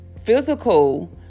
physical